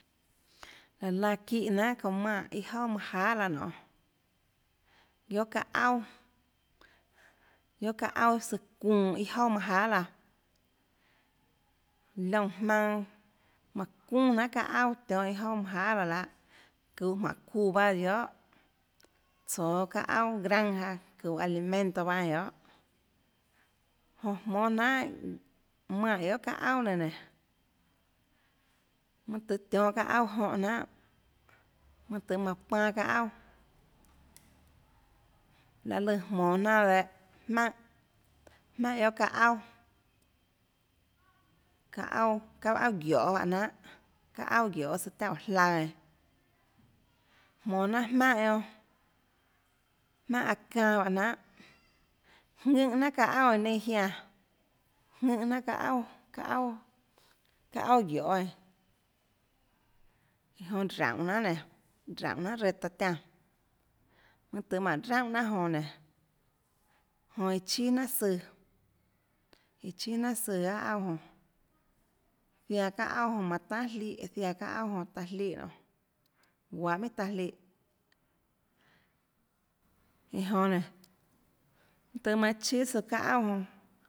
Laã laã çíhã jnanhà çounã manè guiohà iâ jouà manâ jahà laã nionê guiohà çaâ auà guiohà çaâ auà søã çuunã i jouà manâ jahà laãliónã jmaønâ manã çuunà jnanhà çaâ auà tionhâ iâ jouà manâ jahà laã lahâ çhå jmánhå çuuã bahâ tsøã guiohà tsoå çaâ auà granja çuhå alimento baâ eínã guiohà jonã jmónâ jnanhàmanè guiohà çaâ auà nenã nénå mønâ tøhê tionhâ çaâ auà jónhã jnanhà mønâ tøhê manã panâ çaâ auàlaê lùã jmonå jnanà dehâ jmaùnhàjmaùnhà guiohà çaâ auàçaâ auà guioê juáhã jnanhà çaâ auà guioê øã tauè jlaøã eínã jmonå jnanà jmaùnhà guionâ jmaùnhà aâ çanâ juáhã jnanhàðùnhã jnanhà çaâ auà eínã ninâ jiánã ðùnhã jnanhà çaâ auà çaâ auà çaâ auàguioê eínã iã jonã raúnhå jnanhà nénå raúnhå jnanhàreã taã tiánã mønâ tøhê mánå raúnhà jnanà jonã nénå jonã iãchíà jnanhà søã iãchíà jnanhà søã guiohà auà jonãzianã çaâ auà jonã manã tahà jlíhã zianã çaâ auàjonã taã jlíhã nonê guahå minhà tanâ jlíhã iã jonã nénå mønâ tøhê manã chíà søã guiohà çaâ auà jonã